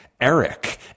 Eric